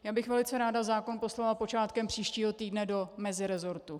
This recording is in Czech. Já bych velice ráda zákon poslala počátkem příštího týdne do mezirezortu.